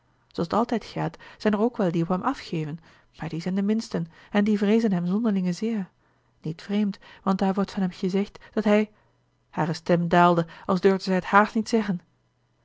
altijd gaat zijn er ook wel die op hem afgeven maar die zijn de minsten en die vreezen hem zonderlinge zeer iet vreemd want daar wordt van hem gezegd dat hij hare stem daalde als durfde zij het haast niet zeggen